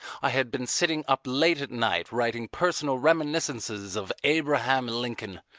i had been sitting up late at night writing personal reminiscences of abraham lincoln.